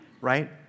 right